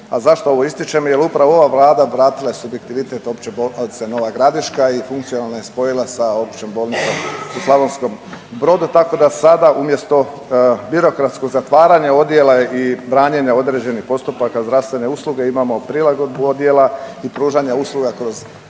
a zašto ovo ističem, jel upravo ova Vlada vratila je subjektivitet Opće bolnice Nova Gradiška i funkcionalno je spojila sa Općom bolnicom u Slavonskom Brodu, tako da sada umjesto birokratskog zatvaranja odjela i branjenje određenih postupaka zdravstvene usluge imamo prilagodbu odjela i pružanja usluga kroz